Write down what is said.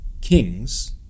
kings